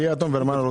ואלמנה.